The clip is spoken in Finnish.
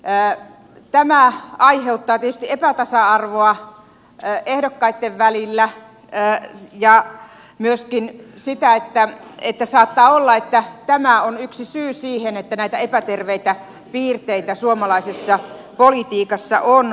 tämä aiheuttaa tietysti epätasa arvoa ehdokkaitten välillä ja myöskin sitä että saattaa olla että tämä on yksi syy siihen että näitä epäterveitä piirteitä suomalaisessa politiikassa on